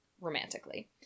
romantically